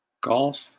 Golf